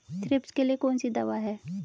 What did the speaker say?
Thrips के लिए कौन सी दवा है?